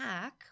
hack